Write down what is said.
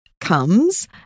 comes